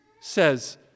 says